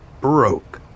broke